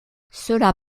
cela